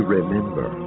remember